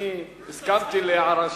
אני הסכמתי להערה שלך.